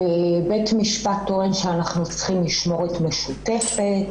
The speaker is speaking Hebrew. בית משפט טוען שאנחנו צריכים משמורת משותפת.